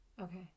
okay